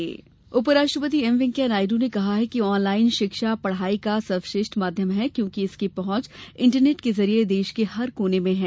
उपराष्ट्रपति इग्नू उपराष्ट्रपति एम वैंकेया नायडू ने कहा है कि ऑनलाइन शिक्षा पढ़ाई का सर्वश्रेष्ठ माध्यम है क्योंकि इसकी पहुंच इंटरनेट के जरिए देश के हर कोने में है